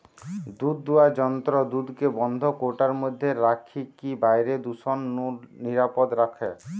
দুধদুয়ার যন্ত্র দুধকে বন্ধ কৌটার মধ্যে রখিকি বাইরের দূষণ নু নিরাপদ রখে